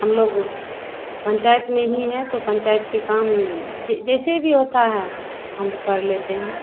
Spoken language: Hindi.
हम लोग पंचायत में ही हैं तो पंचायत के काम जैसे भी होता है हम कर लेते हैं